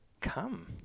come